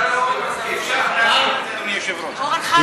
אבל אורן חזן לא כאן.